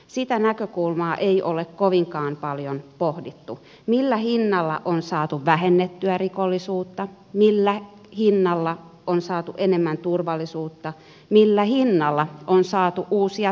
sitä näkökulmaa ei ole kovinkaan paljon pohdittu millä hinnalla on saatu vähennettyä rikollisuutta millä hinnalla on saatu enemmän turvallisuutta millä hinnalla on saatu uusia työpaikkoja